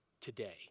today